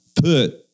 put